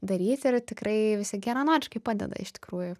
daryt ir tikrai visi geranoriškai padeda iš tikrųjų